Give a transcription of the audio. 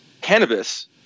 cannabis